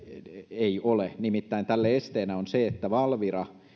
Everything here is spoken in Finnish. ei ole nimittäin tälle esteenä on se että valvira